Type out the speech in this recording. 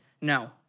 No